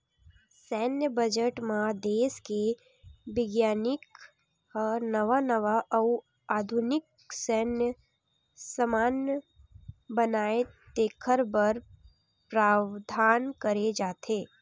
सैन्य बजट म देस के बिग्यानिक ह नवा नवा अउ आधुनिक सैन्य समान बनाए तेखर बर प्रावधान करे जाथे